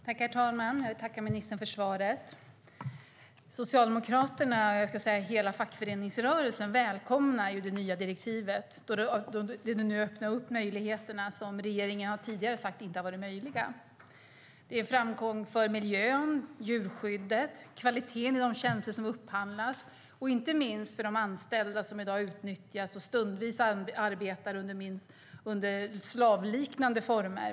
Herr talman! Jag vill tacka ministern för svaret. Socialdemokraterna och hela fackföreningsrörelsen välkomnar det nya direktivet, då det öppnar för möjligheter som regeringen tidigare har sagt inte funnits. Det är en framgång för miljön, djurskyddet, kvaliteten i de tjänster som upphandlas och inte minst för de anställda som i dag utnyttjas och stundvis arbetar under slavliknande former.